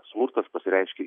smurtas pasireiškia